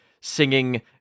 singing